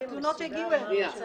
אלה תלונות שהגיעו אלינו.